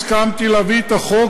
הסכמתי להביא את החוק,